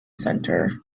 center